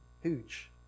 Huge